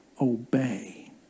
obey